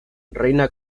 reina